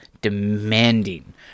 demanding